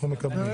אנחנו מקבלים.